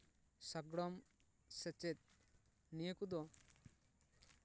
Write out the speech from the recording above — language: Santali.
ᱥᱟᱸᱜᱽᱲᱚᱢ ᱥᱮᱪᱮᱫ ᱱᱤᱭᱟᱹ ᱠᱚᱫᱚ